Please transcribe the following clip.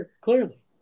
Clearly